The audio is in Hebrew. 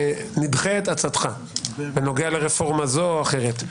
נדחה את הצעתך בנוגע לרפורמה זו או אחרת,